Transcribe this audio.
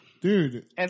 Dude